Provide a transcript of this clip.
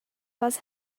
was